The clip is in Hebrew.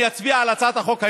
אני אצביע על הצעת החוק היום.